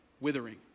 withering